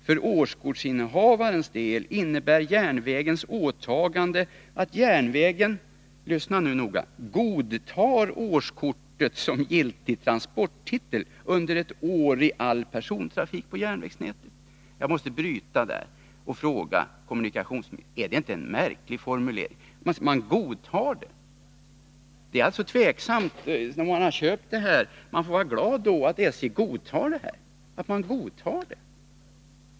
För årskortsinnehavarens del innebär järnvägens åtagande att järnvägen” — lyssna nu noga - ”godtar årskortet som giltig transporttitel under ett år i all persontrafik på järnvägsnätet.” Jag måste avbryta citatet där och fråga kommunikationsministern: Är det inte en märklig formulering? Måste man godta en sådan formulering? När man köpt ett årskort, får man alltså vara glad om SJ ”godtar årskortet som giltig transporttitel”.